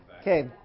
Okay